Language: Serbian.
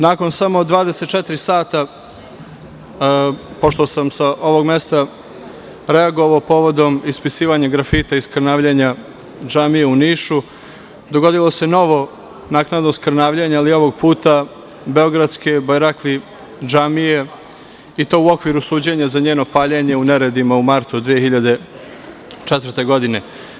Nakon samo 24 sata, pošto sam sa ovog mesta reagovao povodom ispisivanja grafita i skrnavljenja džamije u Nišu, dogodilo se novo naknadno skrnavljenje, ali ovog puta beogradske Bajrakli džamije i to u okviru suđenja za njeno paljenje u neredima u martu 2004. godine.